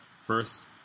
First